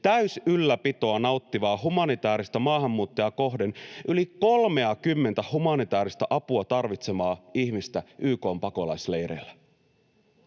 täysylläpitoa nauttivaa humanitääristä maahanmuuttajaa kohden yli 30:tä humanitääristä apua tarvitsevaa ihmistä YK:n pakolaisleireillä.